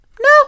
No